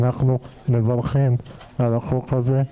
אנחנו מברכים על החוק הזה,